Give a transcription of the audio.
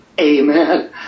Amen